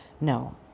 No